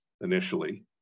initially